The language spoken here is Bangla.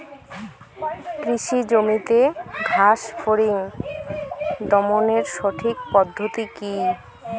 কৃষি জমিতে ঘাস ফরিঙ দমনের সঠিক পদ্ধতি কি?